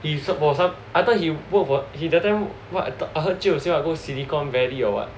is for some I thought he work for he that time what I thought he 就 say he go silicon valley or what